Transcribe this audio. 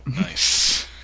Nice